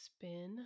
spin